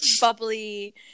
bubbly